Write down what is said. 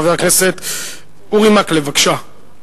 חבר הכנסת אורי מקלב, בבקשה.